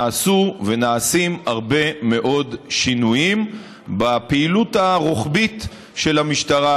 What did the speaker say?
נעשו ונעשים הרבה מאוד שינויים בפעילות הרוחבית של המשטרה,